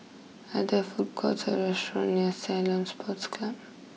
are there food courts or restaurants near Ceylon Sports Club